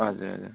हजुर हजुर